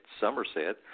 Somerset